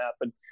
happen